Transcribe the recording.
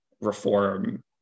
reform